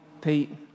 Pete